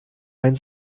ein